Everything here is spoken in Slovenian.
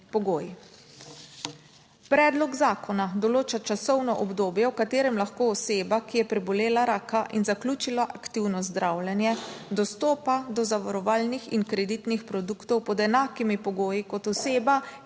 pogoji. Predlog zakona določa časovno obdobje, v katerem lahko oseba, ki je prebolela raka in zaključila aktivno zdravljenje, dostopa do zavarovalnih in kreditnih produktov pod enakimi pogoji kot oseba,